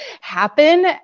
happen